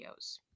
videos